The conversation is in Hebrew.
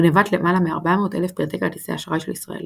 גנבת למעלה מ-400,000 פרטי כרטיס אשראי של ישראלים.